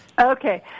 Okay